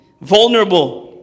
vulnerable